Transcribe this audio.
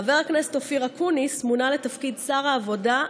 חבר הכנסת אופיר אקוניס מונה לתפקיד שר העבודה,